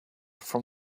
from